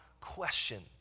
question